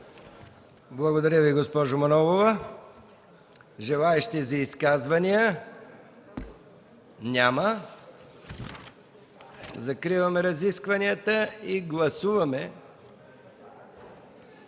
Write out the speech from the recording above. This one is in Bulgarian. Благодаря Ви, госпожо Манолова. Желаещи за изказвания? Няма. Закриваме разискванията и преминаваме